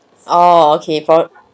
oo okay prob